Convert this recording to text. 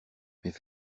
mais